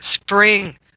spring